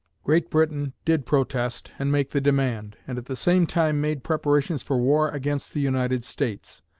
great britain did protest and make the demand, and at the same time made preparations for war against the united states.